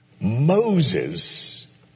Moses